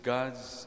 God's